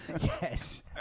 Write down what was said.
Yes